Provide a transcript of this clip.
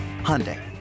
Hyundai